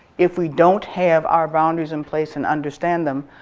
if we don't have our boundaries in place and understand them,